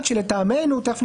לצורך זאת